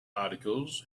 articles